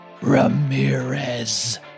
Ramirez